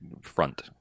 front